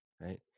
right